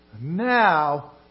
Now